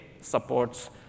supports